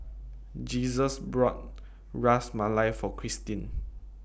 Jesus bought Ras Malai For Kristine